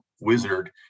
wizard